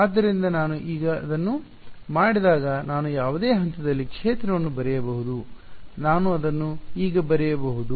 ಆದ್ದರಿಂದ ನಾನು ಈಗ ಇದನ್ನು ಮಾಡಿದಾಗ ನಾನು ಯಾವುದೇ ಹಂತದಲ್ಲಿ ಕ್ಷೇತ್ರವನ್ನು ಬರೆಯಬಹುದು ನಾನು ಅದನ್ನು ಈಗ ಹೇಗೆ ಬರೆಯಬಹುದು